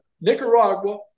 Nicaragua